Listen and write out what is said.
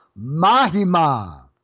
Mahima